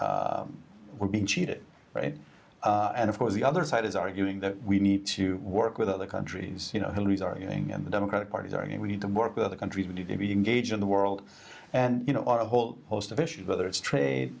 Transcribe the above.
that we're being cheated right and of course the other side is arguing that we need to work with other countries you know hillary's arguing in the democratic party that i mean we need to work with other countries we need to be engaged in the world and you know are a whole host of issues whether it's trade